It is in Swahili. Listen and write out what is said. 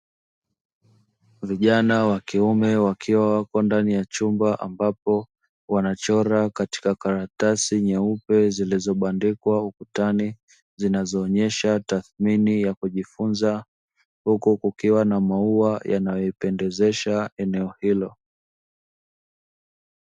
Vijana wakiume wakiwa wako ndani ya chumba ambapo wanachora katika karatasi nyeupe zilizobandikwa ukutani, zinazoonesha tathimini za kujifunza, huku kukiwa na maua yanayopendezesha eneo hilo.